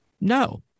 No